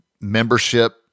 Membership